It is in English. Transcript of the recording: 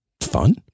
fun